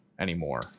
anymore